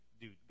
dude